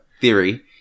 theory